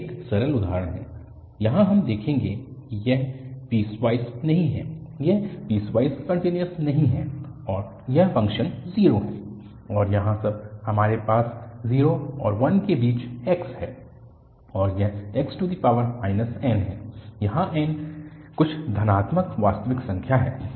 यह एक सरल उदाहरण है जहाँ हम देखेंगे कि यह पीसवाइस नहीं है यह पीसवाइस कन्टिन्यूअस नहीं है और यह फ़ंक्शन 0 है और यहाँ जब हमारे पास 0 और 1 के बीच x है तो यह x n है जहाँ n कुछ धनात्मक वास्तविक संख्या है